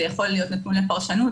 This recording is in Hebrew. זה יכול להיות נתון לפרשנות,